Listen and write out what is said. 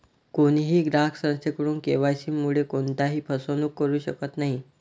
कोणीही ग्राहक संस्थेकडून के.वाय.सी मुळे कोणत्याही फसवणूक करू शकत नाही